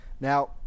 Now